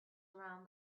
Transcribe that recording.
around